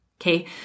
Okay